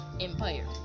Empire